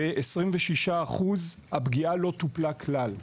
ו-26% הפגיעה לא טופלה כלל.